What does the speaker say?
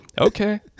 Okay